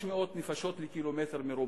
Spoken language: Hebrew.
500 נפשות לקמ"ר.